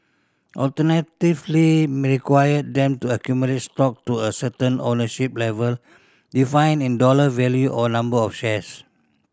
alternatively mini require them to accumulate stock to a certain ownership level defined in dollar value or number of shares